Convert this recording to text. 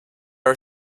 are